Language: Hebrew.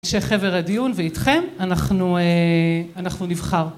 שחבר הדיון ואיתכם, אנחנו, אנחנו נבחר.